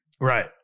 right